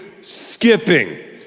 skipping